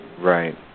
Right